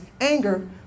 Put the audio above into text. anger